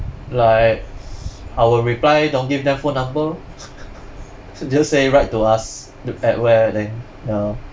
like our reply don't give them phone number lor just say write to us at where then ya